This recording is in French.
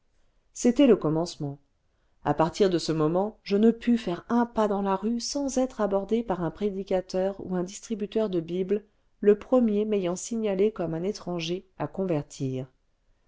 c'était le commencement a partir de ce moment je ne pus faire un pas dans la rue sans être abordé par un prédicateur ou un distributeur de bibles le premier m'ayant signalé comme un étranger à convertir